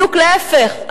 בדיוק להיפך,